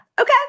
okay